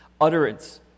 utterance